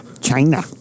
China